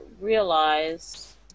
realize